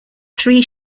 three